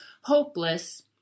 hopeless